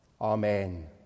Amen